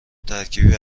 ترکیبی